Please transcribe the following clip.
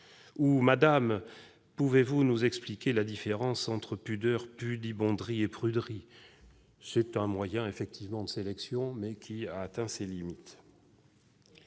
:« Madame, pouvez-vous nous expliquer la différence entre pudeur, pudibonderie et pruderie ?» Ce moyen de sélection a atteint ses limites.